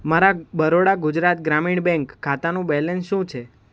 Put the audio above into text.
મારા બરોડા ગુજરાત ગ્રામીણ બેંક ખાતાનું બેલેન્સ શું છે